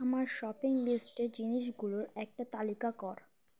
আমার শপিং লিস্টের জিনিসগুলোর একটা তালিকা কর